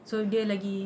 so dia lagi